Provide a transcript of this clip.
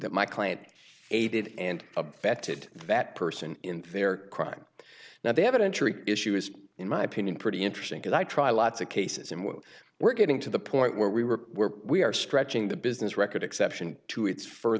that my client aided and abetted that person in their crime now they have an entry issue is in my opinion pretty interesting because i try lots of cases in which we're getting to the point where we were were we are stretching the business record exception to its f